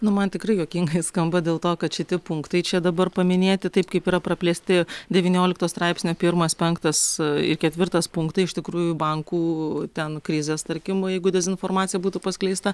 nu man tikrai juokingai skamba dėl to kad šiti punktai čia dabar paminėti taip kaip yra praplėsti devyniolikto straipsnio pirmas penktas ir ketvirtas punktai iš tikrųjų bankų ten krizės tarkim jeigu dezinformacija būtų paskleista